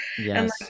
Yes